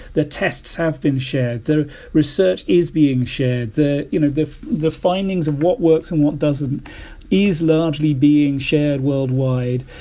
the tests have been shared. the research is being shared. the you know the findings of what works and what doesn't is largely being shared worldwide,